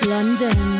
London